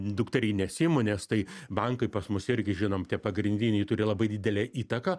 dukterinės įmonės tai bankai pas mus irgi žinom tie pagrindiniai turi labai didelę įtaką